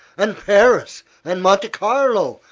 and paris and monte carlo,